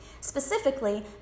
Specifically